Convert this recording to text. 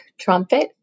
Trumpet